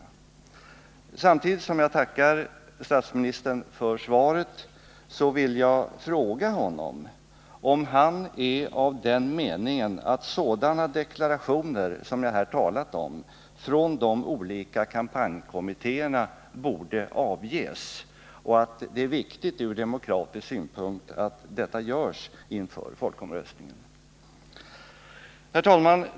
5 Samtidigt som jag tackar statsministern för svaret vill jag fråga honom om han är av den meningen att sådana deklarationer som jag här har talat om borde avges från de olika kampanjkommittéerna och att det från demokratisk synpunkt är viktigt att detta görs inför folkomröstningen. Herr talman!